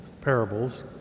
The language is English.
parables